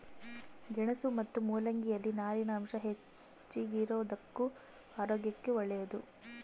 ಗೆಣಸು ಮತ್ತು ಮುಲ್ಲಂಗಿ ಯಲ್ಲಿ ನಾರಿನಾಂಶ ಹೆಚ್ಚಿಗಿರೋದುಕ್ಕ ಆರೋಗ್ಯಕ್ಕೆ ಒಳ್ಳೇದು